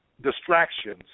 distractions